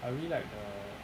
I really like the